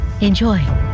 Enjoy